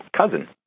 cousin